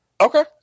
okay